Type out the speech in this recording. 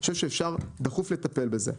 אני חושב שאפשר דחוף לטפל בזה.